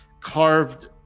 carved